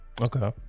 okay